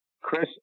Chris